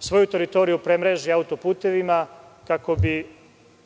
svoju teritoriju premreži auto-putevima, kako bi